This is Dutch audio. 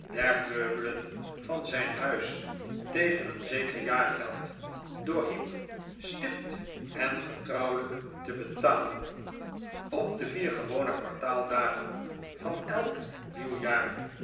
meubelen van zijn huis tegen een zeker jaargeld door heep stipt en getrouwelijk te betalen op de vier gewone kwartaaldagen van elk nieuw jaar